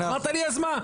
אמרת לי אז מה?